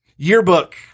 yearbook